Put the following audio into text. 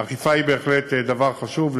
אכיפה היא בהחלט דבר חשוב,